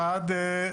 אחת,